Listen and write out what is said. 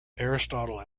aristotle